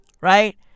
right